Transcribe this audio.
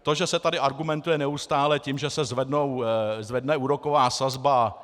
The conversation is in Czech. To, že se tady argumentuje neustále tím, že se zvedne úroková sazba.